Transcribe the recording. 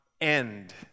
end